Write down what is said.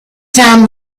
time